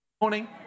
morning